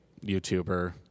YouTuber